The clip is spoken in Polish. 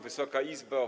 Wysoka Izbo!